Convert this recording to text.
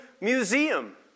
museum